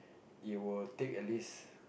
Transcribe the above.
it will take at least